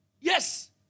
Yes